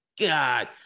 God